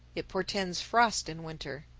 it portends frost in winter.